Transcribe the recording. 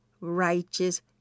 righteous